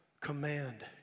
command